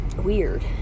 weird